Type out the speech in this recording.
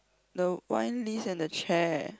the wine list and the chair